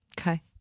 Okay